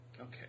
Okay